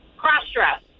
cross-dress